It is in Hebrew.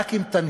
רק אם תנהיגו